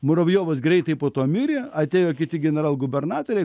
muravjovas greitai po to mirė atėjo kiti generalgubernatoriai